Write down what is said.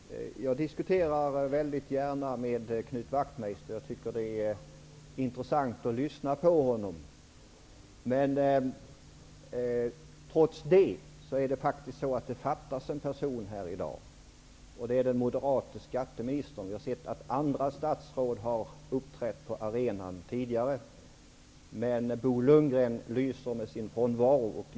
Herr talman! Jag diskuterar gärna med Knut Wachtmeister och tycker att det är intressant att lyssna på honom. Men det fattas en person här i dag. Det är den moderate skatteministern. Jag har sett att andra statsråd har uppträtt på arenan tidigare. Men Bo Lundgren lyser med sin frånvaro.